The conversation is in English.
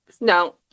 No